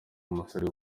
umusore